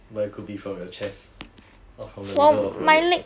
but it could be from your chest or from the middle of your legs